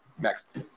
Next